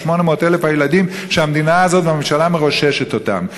800,000 הילדים שהמדינה הזאת והממשלה מרוששת אותם?